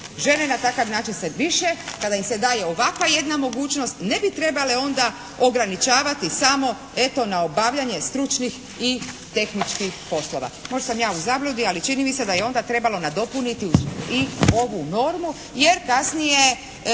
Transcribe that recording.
Žene na takav način sad više kada im se daje ovakva jedna mogućnost ne bi trebale onda ograničavati samo eto na obavljanje stručnih i tehničkih poslova. Možda sam ja u zabludi, ali čini mi se da je onda trebalo nadopuniti i ovu normu. Jer kako će